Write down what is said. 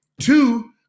Two